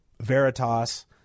Veritas